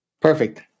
Perfect